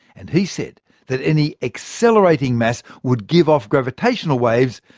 and he said that any accelerating mass would give off gravitational waves,